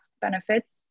benefits